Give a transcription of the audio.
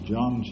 John